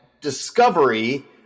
Discovery